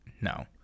no